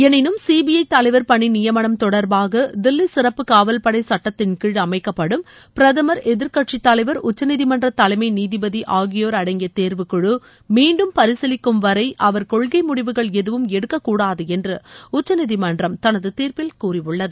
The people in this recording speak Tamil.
எனினும் சிபிஐ தலைவர் பணி நியமனம் தொடர்பாக தில்லி சிறப்புக் காவல் படை சட்டத்தின்கீழ் அமைக்கப்படும் பிரதமர் எதிர்க்கட்சித் தலைவர் உச்சநீதிமன்ற தலைமை நீதிபதி ஆகியோர் அடங்கிய தேர்வுக்குழ மீண்டும் பரிசீலிக்கும் வரை அவர் கொள்கை முடிவுகள் எதவும் எடுக்கக்கூடாது என்று உச்சநீதிமன்றம் தனது தீர்ப்பில் கூறியுள்ளது